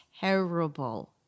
terrible